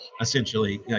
essentially